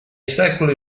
secoli